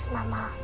Mama